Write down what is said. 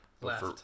Left